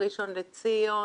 ראשון לציון,